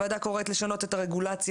העבודה קוראת לשנות את הרגולציה,